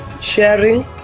sharing